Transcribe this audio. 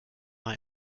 mal